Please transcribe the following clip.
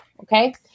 okay